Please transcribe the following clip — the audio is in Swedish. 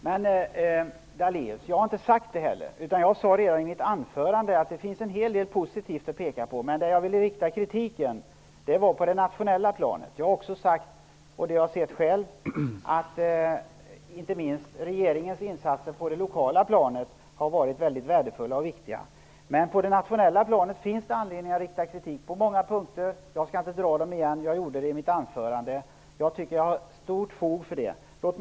Herr talman! Jag sade i mitt anförande att det finns en hel del positivt att peka på. Men vad jag ville rikta kritik mot låg på det nationella planet. Jag har själv sett att inte minst regeringens insatser på det lokala planet har varit värdefulla och viktiga. Men på det nationella planet finns det anledning att rikta kritik på många punkter. Jag skall inte upprepa dem, eftersom jag tog upp dem i mitt anförande. Jag tycker att jag hade stort fog för min kritik.